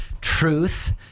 truth